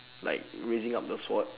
like raising up the sword